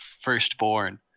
firstborn